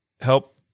help